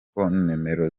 nomero